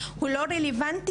הוא לא רלבנטי,